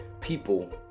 people